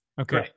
Okay